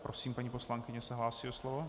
Prosím, paní poslankyně se hlásí o slovo.